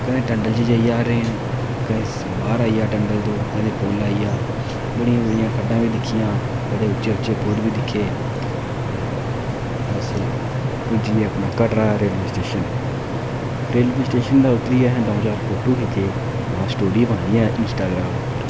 कदें टंडल च आई आ ट्रेन कदें बाह्र आई जा टंडल तूं कदें पुल आई जा बड़ियां बड़ियां खड्डां बी दिक्खियां बड़े उच्चे उच्चे पुल बी दिक्खे ते अस पुज्जी गे अपने कटरै रेलवे स्टेशन रेलवे स्टेशन दा उतरियै असें द'ऊं चार फोटो खिच्चे स्टोरी पानी ऐ इंस्टाग्राम उप्पर